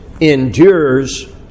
endures